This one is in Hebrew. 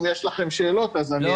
אם יש לכם שאלות אז אני אענה.